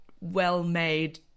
well-made